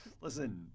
Listen